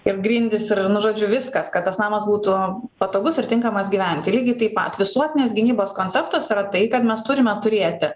ir grindys ir nu žodžiu viskas kad tas namas būtų patogus ir tinkamas gyventi lygiai taip pat visuotinės gynybos konceptas yra tai kad mes turime turėti